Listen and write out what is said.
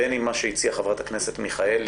בין אם מה שהציעה חברת הכנסת מיכאלי,